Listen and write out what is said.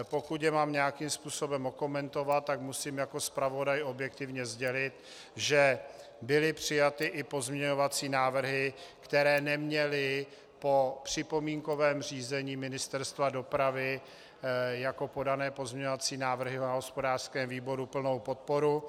Pokud je mám nějakým způsobem okomentovat, tak musím jako zpravodaj objektivně sdělit, že byly přijaty i pozměňovací návrhy, které neměly po připomínkovém řízení Ministerstva dopravy jako podané pozměňovací návrhy na hospodářském výboru plnou podporu.